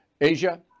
Asia